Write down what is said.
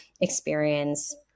experience